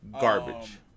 Garbage